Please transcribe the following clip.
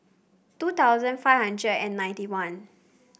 two thousand five hundred and ninety one